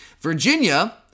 Virginia